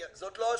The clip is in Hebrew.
זאת לא השאלה.